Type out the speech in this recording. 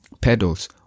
Pedals